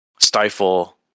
stifle